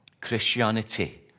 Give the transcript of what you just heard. Christianity